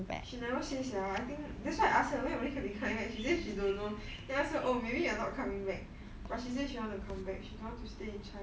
she never say sia I think that's why I ask her when would could be coming back she say she don't know then I ask her oh maybe you are not coming back but she says she want to come back she don't want to stay in china